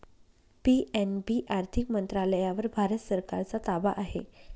PNB आर्थिक मंत्रालयावर भारत सरकारचा ताबा आहे